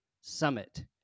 Summit